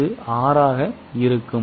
இது 6 ஆக இருக்கும்